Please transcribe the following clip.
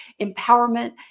empowerment